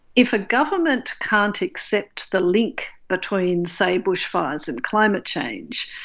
if a government can't accept the link between, say, bushfires and climate change,